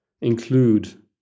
include